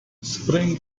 spring